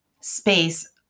space